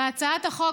בהצעת החוק,